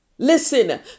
Listen